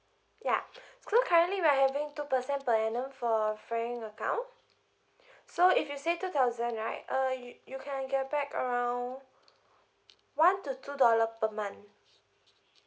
yeah so currently we are having two percent per annum for frank account so if you save two thousand right uh you you can get back around one to two dollar per month